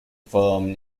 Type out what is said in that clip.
from